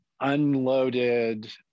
Unloaded